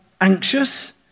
anxious